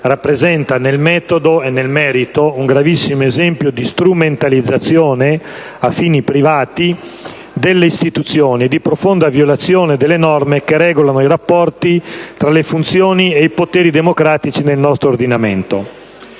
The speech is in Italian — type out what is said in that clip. rappresenta, nel metodo e nel merito, un gravissimo esempio di strumentalizzazione a fini privati delle istituzioni e di profonda violazione delle norme che regolano i rapporti tra le funzioni e i poteri democratici nel nostro ordinamento.